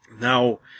Now